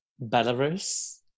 Belarus